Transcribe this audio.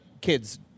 kids